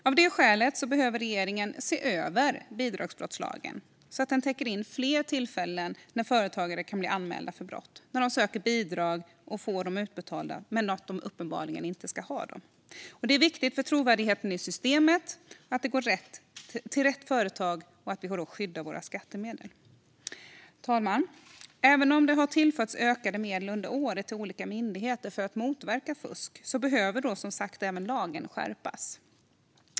Av det skälet behöver regeringen se över bidragsbrottslagen så att den täcker in fler tillfällen då företagare kan bli anmälda för brott när de söker bidrag och får dem utbetalda men uppenbarligen inte ska ha dem. Det är viktigt för trovärdigheten i systemet att detta går till rätt företag och att vi skyddar våra skattemedel. Fru talman! Även om det under året har tillförts ökade medel till olika myndigheter för att motverka fusk behöver lagen som sagt skärpas.